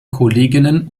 kolleginnen